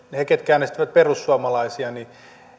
ne jotka äänestivät perussuomalaisia